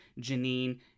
Janine